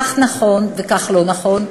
כך נכון וכך לא נכון,